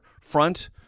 front